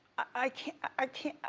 i can't, i can't,